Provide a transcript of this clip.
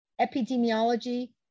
Epidemiology